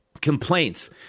complaints